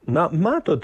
na matot